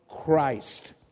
Christ